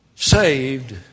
Saved